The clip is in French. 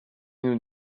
nous